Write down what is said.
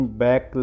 back